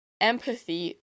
empathy